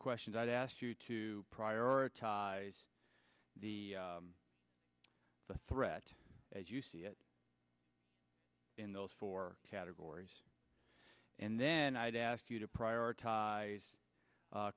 questions i asked you to prioritize the threat as you see it in those four categories and then i'd ask you to prioritize